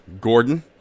Gordon